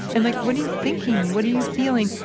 and like, what are you thinking? what are you feeling?